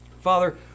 Father